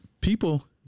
people